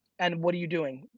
and what are you doing?